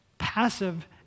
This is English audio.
passive